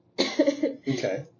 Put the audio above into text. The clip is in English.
Okay